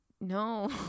No